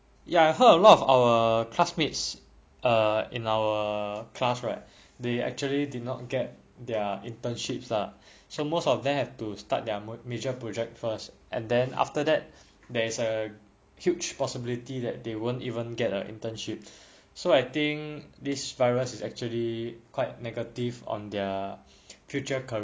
ya I heard a lot of our classmates uh in our class right they actually did not get their internships lah so most of them have to start their major project first and then after that there is a huge possibility that they won't even get a internship so I think this virus is actually quite negative on their future careers